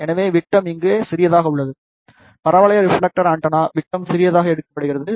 எனவே விட்டம் இங்கே சிறியதாக உள்ளது பரவளைய ரிப்ஃலெக்டர் ஆண்டெனா விட்டம் சிறியதாக எடுக்கப்படுகிறது